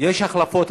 יש החלפות,